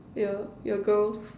your your girls